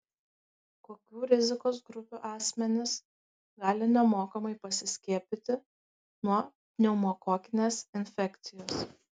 kokių rizikos grupių asmenys gali nemokamai pasiskiepyti nuo pneumokokinės infekcijos